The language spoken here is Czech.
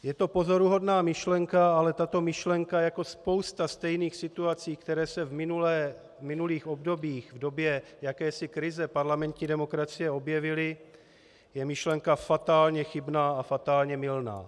Je to pozoruhodná myšlenka, ale tato myšlenka jako spousta stejných situací, které se v minulých obdobích v době jakési krize parlamentní demokracie objevily, je myšlenka fatálně chybná a fatálně mylná.